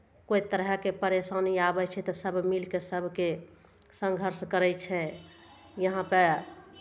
कोइ तरहके परेशानी आबै छै तऽ सभ मिलि कऽ सभके सङ्घर्ष करै छै यहाँपे